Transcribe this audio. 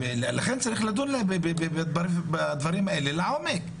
לכן צריך לדון בדברים האלה לעומק.